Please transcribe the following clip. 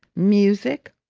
music,